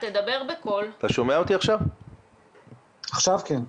עכשיו כן.